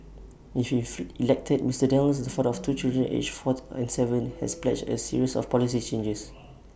if elected Mr Daniels the father of two children aged four and Seven has pledged A series of policy changes